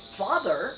father